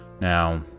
Now